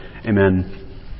Amen